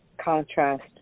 contrast